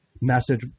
message